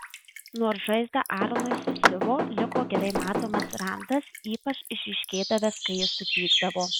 nors žaizdą aronui susiuvo liko gerai matomas randas ypač išryškėdavęs kai jis supykdavo